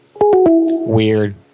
Weird